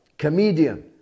comedian